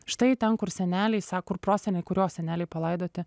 štai ten kur seneliai sako ir proseneliai kurio seneliai palaidoti